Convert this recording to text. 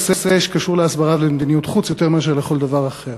קשור להסברה ולמדיניות חוץ יותר מאשר לכל דבר אחר.